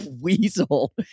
weasel